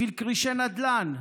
בשביל כרישי נדל"ן.